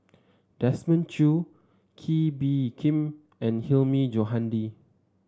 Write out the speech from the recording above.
Desmond Choo Kee Bee Khim and Hilmi Johandi